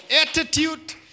attitude